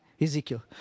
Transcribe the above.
Ezekiel